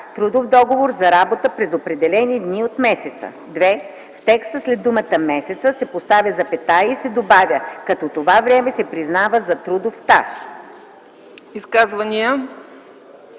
„Трудов договор за работа през определени дни от месеца”. 2. В текста след думата „месеца” се поставя запетая и се добавя „като това време се признава за трудов стаж”.”